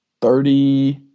Thirty